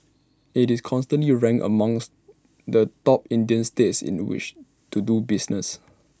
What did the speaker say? IT is consistently A ranks amongst the top Indian states in the which to do business